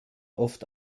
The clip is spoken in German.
oft